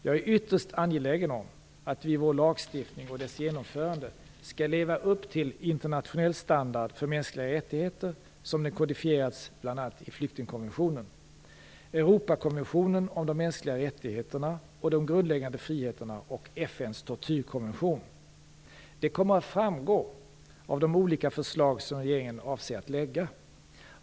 Jag är ytterst angelägen om att vi i vår lagstiftning och dess genomförande skall leva upp till internationell standard för mänskliga rättigheter, som den kodifierats i bl.a. flyktingkonventionen, Europakonventionen om de mänskliga rättigheterna och de grundläggande friheterna och FN:s tortyrkonvention. Det kommer att framgå av de olika förslag som regeringen avser att lägga fram.